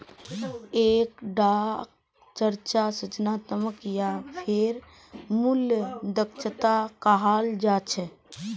एक टाक चर्चा सूचनात्मक या फेर मूल्य दक्षता कहाल जा छे